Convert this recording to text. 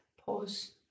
pause